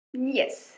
Yes